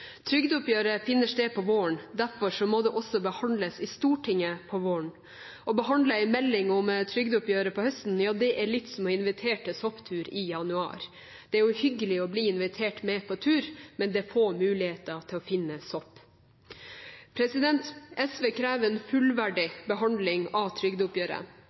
Trygdeoppgjøret finner sted om våren. Derfor må det også behandles i Stortinget om våren. Å behandle en melding om trygdeoppgjøret om høsten er litt som å invitere på sopptur i januar. Det er hyggelig å bli invitert med på tur, men det er få muligheter til å finne sopp. SV krever en fullverdig behandling av trygdeoppgjøret.